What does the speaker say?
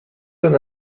són